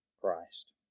Christ